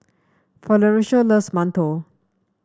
Florencio loves mantou